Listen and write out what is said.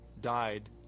died